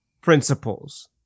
principles